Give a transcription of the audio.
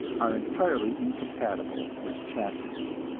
are entirely incompatible with chastity,